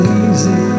easy